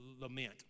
lament